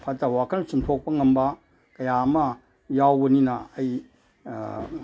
ꯐꯠꯇꯕ ꯋꯥꯈꯜ ꯆꯨꯝꯊꯣꯛꯄ ꯉꯝꯕ ꯀꯌꯥ ꯑꯃ ꯌꯥꯎꯕꯅꯤꯅ ꯑꯩ